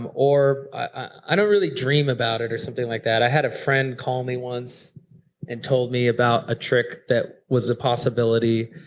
um or i don't really dream about it or something like that. i had a friend call me once and told me about a trick that was a possibility,